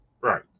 Right